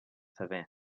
saber